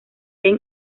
ben